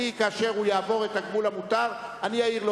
כאשר הוא יעבור את גבול המותר, אני אעיר לו.